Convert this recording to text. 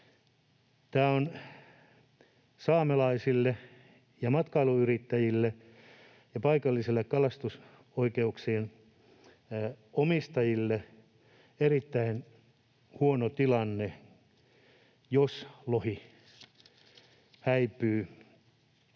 Se on saamelaisille, matkailuyrittäjille ja paikallisille kalastusoikeuksien omistajille erittäin huono tilanne, jos lohi häipyy